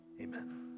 amen